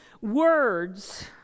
words